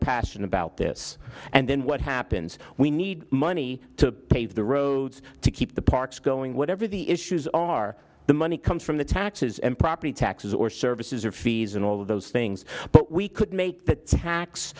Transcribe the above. passionate about this and then what happens we need money to pave the roads to keep the parks going whatever the issues are the money comes from the taxes and property taxes or services or fees and all of those things but we could make the tax